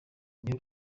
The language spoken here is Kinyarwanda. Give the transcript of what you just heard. niba